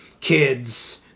kids